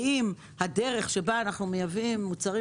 האם הדרך שבה אנחנו מייבאים מוצרים